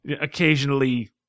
occasionally